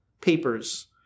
papers